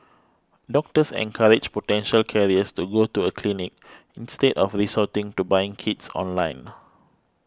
doctors encouraged potential carriers to go to a clinic instead of resorting to buying kits online